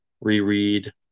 reread